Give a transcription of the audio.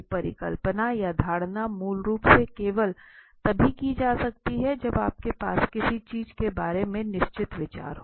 एक परिकल्पना या धारणा मूल रूप से केवल तभी की जा सकती है जब आपके पास किस चीज़ के बारे में निश्चित विचार हो